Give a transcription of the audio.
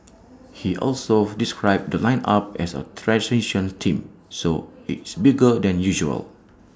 he also described the lineup as A transition team so it's bigger than usual